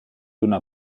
una